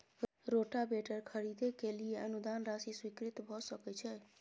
Rotavator खरीदे के लिए अनुदान राशि स्वीकृत भ सकय छैय?